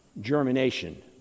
germination